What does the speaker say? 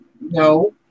No